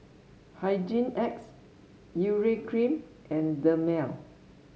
Hygin X Urea Cream and Dermale